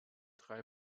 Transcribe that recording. drei